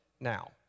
Now